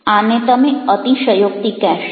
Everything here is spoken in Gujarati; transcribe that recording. આને તમે અતિશયોક્તિ કહેશો